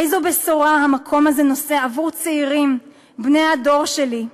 איזו בשורה המקום הזה נושא עבור צעירים בני הדור שלי?